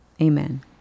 Amen